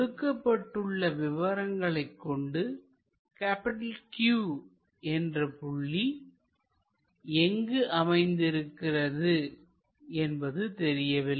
கொடுக்கப்பட்டுள்ள விவரங்களைக் கொண்டு Q என்ற புள்ளி எங்கு அமைந்திருக்கிறது என்பது தெரியவில்லை